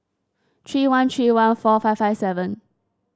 three one three one four five five seven